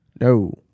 No